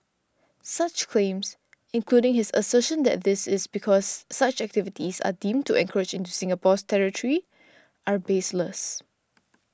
such claims including his assertion that this is because such activities are deemed to encroach into Singapore's territory are baseless